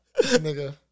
Nigga